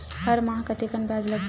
हर माह कतेकन ब्याज लगही?